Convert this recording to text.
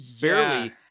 barely